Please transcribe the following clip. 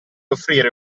offrire